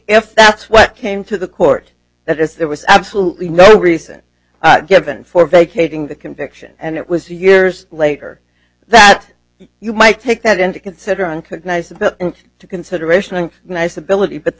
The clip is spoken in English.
if that's what came to the court that as there was absolutely no reason given for vacating the conviction and it was years later that you might take that into consideration could and i said to consideration nice ability but the